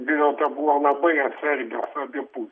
dėl to buvo labai atsargios abi pu